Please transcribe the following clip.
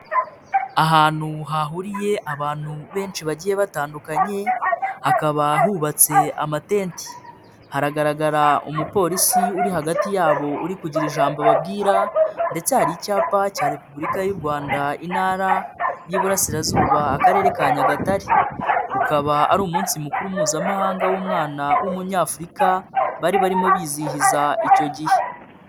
Ahantu hahuriye abantu benshi bagiye batandukanye, hakaba hubatse amatenti. Hagaragara umupolisi uri hagati yabo uri kugira ijambo babwira ndetse hari icyapa cya repubulika y'u Rwanda, Intara y'Iburasirazuba, Akarere ka Nyagatare. Ukaba ari umunsi mukuru mpuzamahanga w'umwana w'umunyafurika, bari barimo bizihiza icyo gihe.